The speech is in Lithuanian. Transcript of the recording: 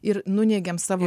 ir nuneigiam savo